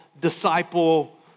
disciple